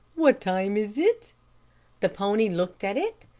what time is it the pony looked at it,